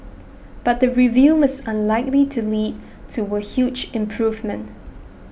but the review is unlikely to lead to a huge improvement